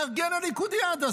מארגן הליכודיאדה,